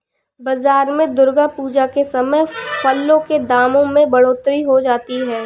बाजार में दुर्गा पूजा के समय फलों के दामों में बढ़ोतरी हो जाती है